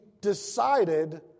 decided